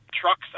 trucks